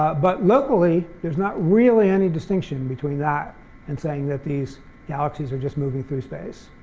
but locally, there's not really any distinction between that and saying that these galaxies are just moving through space.